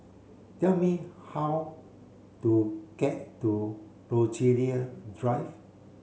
tell me how to get to Rochalie Drive